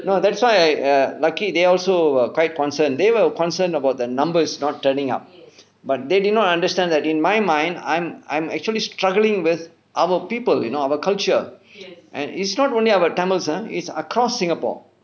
no that's why err lucky they also were quite concerned they were concerned about the numbers not turning up but they did not understand that in my mind I'm I'm actually struggling with our people you know our culture and it's not only about tamils ah is across singapore